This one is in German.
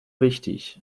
wichtig